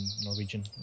Norwegian